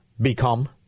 become